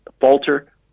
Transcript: falter